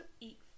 eat